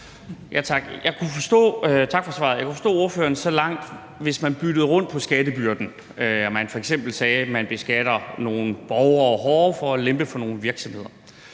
Jeg kunne forstå ordføreren så langt, hvis man byttede rundt på skattebyrden og f.eks. sagde, at man beskatter nogle borgere hårdere for at lempe skatten for nogle virksomheder.